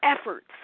efforts